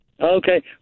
okay